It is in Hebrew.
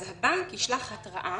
אז הבנק ישלח התראה